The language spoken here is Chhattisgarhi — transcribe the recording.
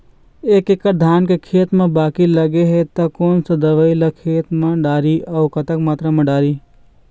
एक एकड़ धान के खेत मा बाकी लगे हे ता कोन सा दवई ला खेत मा डारी अऊ कतक मात्रा मा दारी?